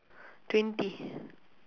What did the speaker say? twenty